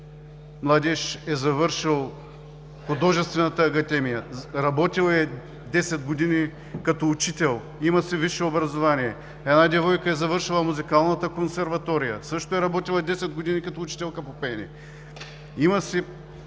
младеж е завършил Художествената академия, работил е десет години като учител, има висше образование; една девойка е завършила Музикалната консерватория, също е работила десет години като учителка по пеене, има висше